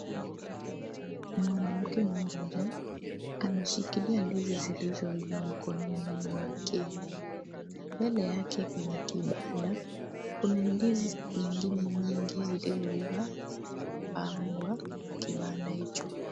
Mwanamke mmoja ameshikilia ndizi zilizoiva mkononi mwake na mbele yake kwenye kibanda kuna ndizi zingine nyingi zilizoiva zilizopangwa kibanda hicho.